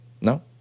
no